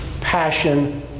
passion